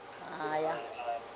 ah ya